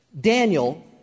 Daniel